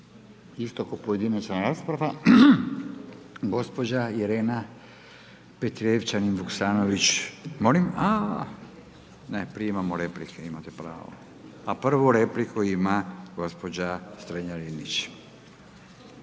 isto kao pojedinačna rasprava gospođa Irena Petrijevčanin Vuksanović, molim? A ne, prije imamo replike, imate pravo. A prvu repliku ima gospođa Strenja-Linić.